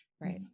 Right